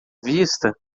vista